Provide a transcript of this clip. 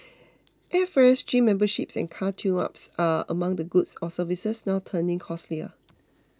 airfares gym memberships and car tuneups are among the goods or services now turning costlier